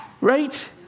Right